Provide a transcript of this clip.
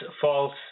false